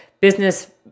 business